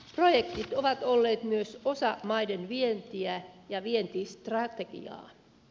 projektit ovat olleet myös osa maiden vientiä ja vientistrategiaa